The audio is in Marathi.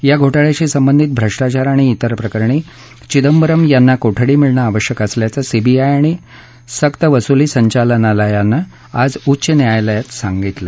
या घोटाळ्याशी संबंधित भ्रष्टाचार आणि तिर प्रकरणी चिदंबरम यांना कोठडी मिळणं आवश्यक असल्याचं सीबीआय आणि सक्तवसुली संचालनालयानं आज उच्च न्यायालयात सांगितलं